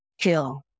kill